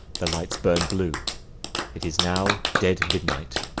the lights burn blue it is now dead midnight.